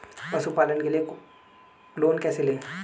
पशुपालन के लिए लोन कैसे लें?